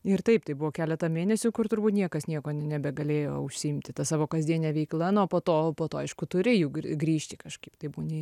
ir taip tai buvo keletą mėnesių kur turbūt niekas nieko ne nebegalėjo užsiimti ta savo kasdiene veikla nu o po to po to aišku turi jau grįžti kažkaip tai būni